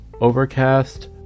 Overcast